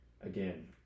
again